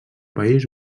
país